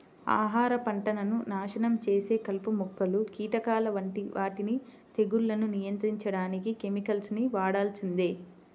ఆహార పంటలను నాశనం చేసే కలుపు మొక్కలు, కీటకాల వంటి వాటిని తెగుళ్లను నియంత్రించడానికి కెమికల్స్ ని వాడాల్సిందే